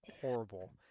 horrible